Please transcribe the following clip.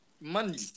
money